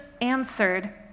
answered